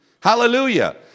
Hallelujah